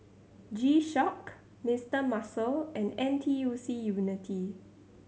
G Shock Mister Muscle and N T U C Unity